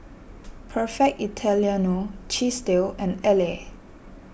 Perfect Italiano Chesdale and Elle